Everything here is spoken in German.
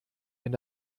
wenn